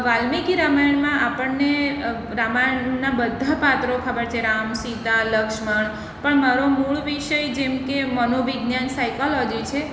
વાલ્મિકી રામાયણમાં આપણને રામાયણના બધા પાત્રો ખબર છે રામ સીતા લક્ષ્મણ પણ મારો મૂળ વિષય જેમ કે મનોવિજ્ઞાન સાયકોલોજી છે